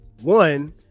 one